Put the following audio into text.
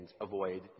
avoid